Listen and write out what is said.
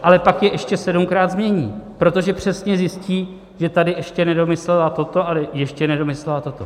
Ale pak je ještě sedmkrát změní, protože přesně zjistí, že tady ještě nedomyslela toto a ještě nedomyslela toto.